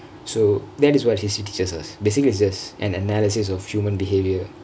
so that is what history teaches basically it's just an analysis of human behavior